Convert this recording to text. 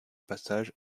passage